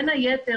בין היתר,